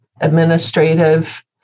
administrative